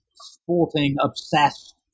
sporting-obsessed